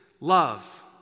love